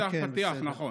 מה שהוספתי זה הפתיח, נכון.